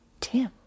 Tim